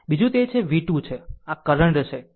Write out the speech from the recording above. બીજું તે v 2 છે અને આ કરંટ છે